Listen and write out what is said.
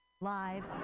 Live